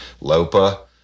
Lopa